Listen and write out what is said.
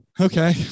okay